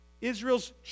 Israel's